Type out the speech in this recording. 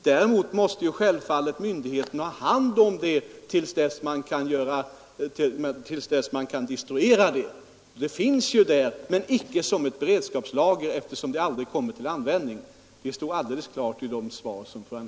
Däremot måste myndigheterna självfallet ha hand om detta parti till dess det kunnat destrueras. Detta framgår alldeles klart av det svar som fru Anér fick från jordbruksnämnden.